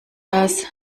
das